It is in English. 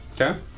Okay